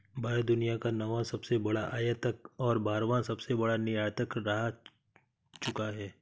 भारत दुनिया का नौवां सबसे बड़ा आयातक और बारहवां सबसे बड़ा निर्यातक रह चूका है